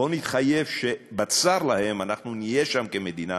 בואו נתחייב שבצר להם אנחנו נהיה שם כמדינה,